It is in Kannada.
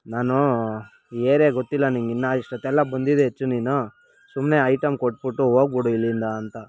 ನಾನು ಈ ಏರಿಯಾ ಗೊತ್ತಿಲ್ಲ ನಿಂಗೆ ಇನ್ನೂ ಇಷ್ಟೊತ್ತೆಲ್ಲ ಬಂದಿದ್ದೇ ಹೆಚ್ಚು ನೀನು ಸುಮ್ಮನೆ ಐಟಮ್ ಕೊಟ್ಬಿಟ್ಟು ಹೋಗ್ಬಿಡು ಇಲ್ಲಿಂದ ಅಂತ